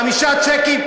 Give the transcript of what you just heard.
חמישה שיקים,